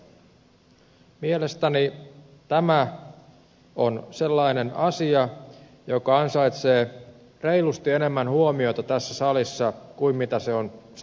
mielestäni tämä on sellainen asia joka ansaitsee reilusti enemmän huomiota tässä salissa kuin se on saanut